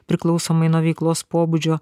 priklausomai nuo veiklos pobūdžio